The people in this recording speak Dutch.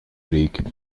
breken